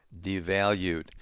devalued